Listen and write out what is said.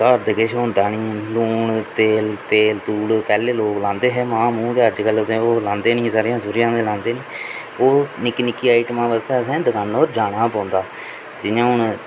घर ते किश होंदा निं ऐ लून तेल तूल पैह्लें लोग लांदे हे मांह् मूंह् ते अजकल ते ओह् लांदे निं स'रेआं सु'रेआं ते लांदे निं ओह् निक्की निक्की आइटमां आस्तै असें दकानां पर जाना पौंदा जि'यां हून